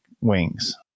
wings